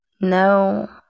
No